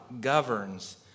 governs